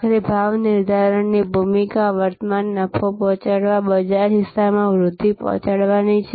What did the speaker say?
આખરે ભાવ નિર્ધારણની ભૂમિકા વર્તમાન નફો પહોંચાડવા બજારહિસ્સામાં વૃદ્ધિ પહોંચાડવાની છે